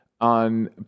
on